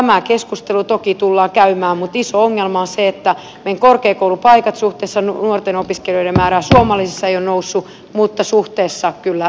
tämä keskustelu toki tullaan käymään mutta iso ongelma on se että meidän korkeakoulupaikkamme suhteessa nuorten suomalaisten opiskelijoiden määrään ei ole noussut mutta suhteessa ulkomaalaisiin kyllä